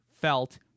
felt